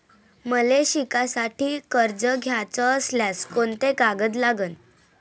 मले शिकासाठी कर्ज घ्याचं असल्यास कोंते कागद लागन?